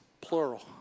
plural